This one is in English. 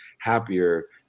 happier